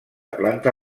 planta